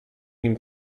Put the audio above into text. nim